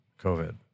COVID